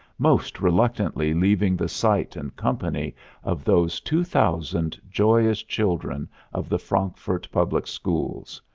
most reluctantly leaving the sight and company of those two thousand joyous children of the frankfurt public schools.